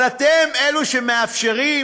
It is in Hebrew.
אבל אתם אלה שמאפשרים